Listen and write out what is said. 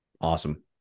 Awesome